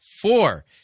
Four